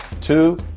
Two